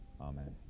Amen